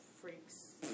freaks